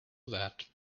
that